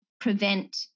prevent